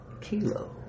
Kilo